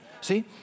See